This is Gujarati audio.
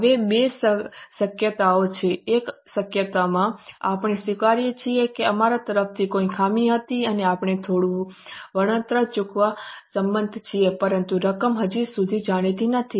હવે બે શક્યતાઓ છે એક શક્યતામાં આપણે સ્વીકારીએ છીએ કે અમારા તરફથી કોઈ ખામી હતી અને આપણે થોડું વળતર ચૂકવવા સંમત છીએ પરંતુ રકમ હજુ સુધી જાણીતી નથી